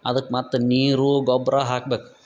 ಅದಕ್ಕೆ ಮತ್ತು ನೀರು ಗೊಬ್ಬರ ಹಾಕ್ಬೇಕು